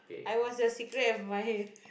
I was your secret admirer